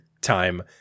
time